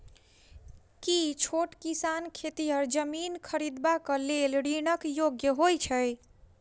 की छोट किसान खेतिहर जमीन खरिदबाक लेल ऋणक योग्य होइ छै?